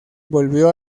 volvió